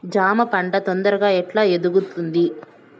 జామ పంట తొందరగా ఎట్లా ఎదుగుతుంది?